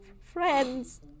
Friends